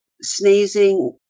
sneezing